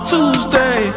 Tuesday